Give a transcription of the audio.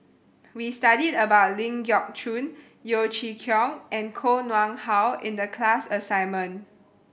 we studied about Ling Geok Choon Yeo Chee Kiong and Koh Nguang How in the class assignment